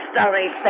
story